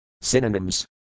Synonyms